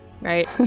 right